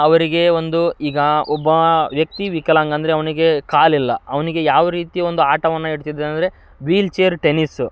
ಅವರಿಗೆ ಒಂದು ಈಗ ಒಬ್ಬ ವ್ಯಕ್ತಿ ವಿಕಲಾಂಗ ಅಂದರೆ ಅವನಿಗೆ ಕಾಲಿಲ್ಲ ಅವನಿಗೆ ಯಾವ ರೀತಿಯ ಒಂದು ಆಟವನ್ನು ಇಡ್ತಿದ್ರು ಅಂದರೆ ವೀಲ್ಚೇರ್ ಟೆನ್ನಿಸ್ಸು